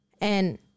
and-